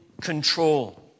control